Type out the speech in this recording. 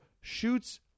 shoots